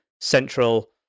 central